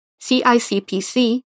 CICPC